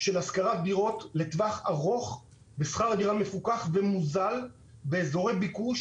של השכרת דירות לטווח ארוך בשכר דירה מפוקח ומוזל באזורי ביקוש,